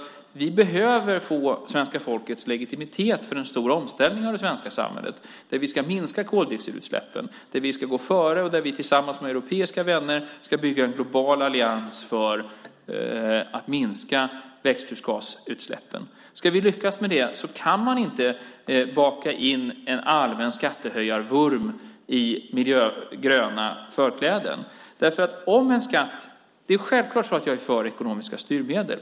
Vi behöver få svenska folkets legitimitet för en stor omställning av det svenska samhället där vi ska minska koldioxidutsläppen, gå före och tillsammans med europeiska vänner bygga en global allians för att minska växthusgasutsläppen. Ska vi lyckas med det kan man inte baka in en allmän skattehöjarvurm i miljögröna förkläden. Självklart är jag för ekonomiska styrmedel.